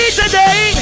today